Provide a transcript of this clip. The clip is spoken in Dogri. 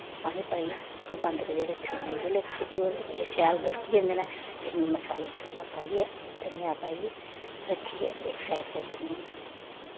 पानी पाइयै कुक्कर बंद करियै रक्खी ओड़ने आं जेल्लै इक सीटी होर शैल गड़की जंदे न फिर मसाला मसूला पाइयै धनियां पाइयै रक्खियै इक सैड करी ओड़ने आं